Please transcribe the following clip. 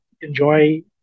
enjoy